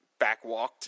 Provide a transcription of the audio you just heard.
backwalked